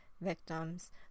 victims